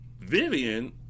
Vivian